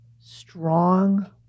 strong